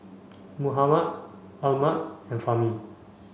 Muhammad Ahmad and Fahmi